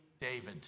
David